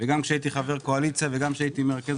וגם כשהייתי חבר קואליציה וגם כשהייתי מרכז